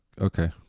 Okay